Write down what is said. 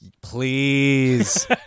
please